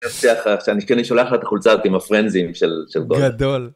כשאני כן אשולח לך את החולצת עם הפרנזים של. גדול